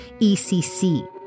ECC